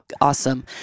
Awesome